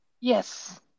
Yes